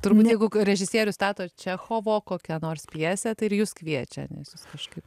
turbūt jeigu režisierius stato čechovo kokią nors pjesę tai ir jus kviečia nes jūs kažkaip